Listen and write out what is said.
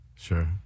Sure